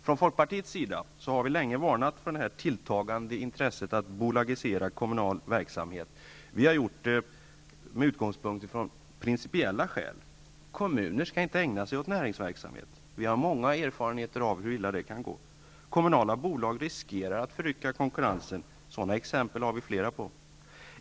Från folkpartiets sida har vi länge varnat för det tilltagande intresset att bolagisera kommunal verksamhet, och vi har gjort det med utgångspunkt i principiella skäl. Kommuner skall inte ägna sig åt näringsverksamhet. Vi har många erfarenheter av hur illa det kan gå. Kommunala bolag riskerar att förrycka konkurrensen. Det finns flera exempel på det.